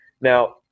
Now